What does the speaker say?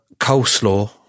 coleslaw